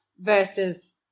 versus